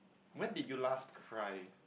when did you last cry